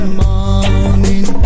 morning